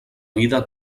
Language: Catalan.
vida